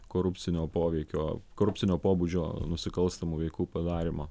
korupcinio poveikio korupcinio pobūdžio nusikalstamų veikų padarymo